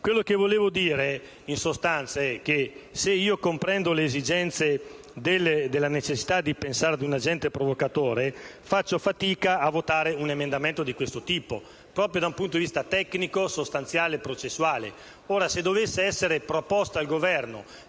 Governo Berlusconi. In sostanza, vorrei dire che, se comprendo la necessità di pensare ad un agente provocatore, faccio però fatica a votare un emendamento di questo tipo, proprio da un punto di vista tecnico, sostanziale e processuale. Ora, se dovesse essere proposto al Governo